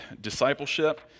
discipleship